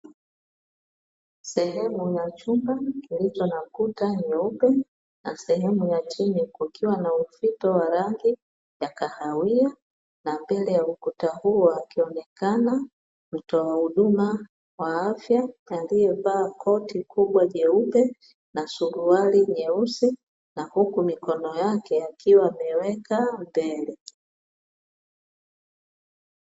Sehemu ya chumba kilicho na kuta nyeupe na sehemu ya chini kukiwa na ufito wa rangi ya kahawia na mbele ya ukuta huo akionekana mtoa huduma wa afya aliyevaa koti kubwa nyeupe na suruali nyeusi na huku mikono yake akiwa ameweka mbele.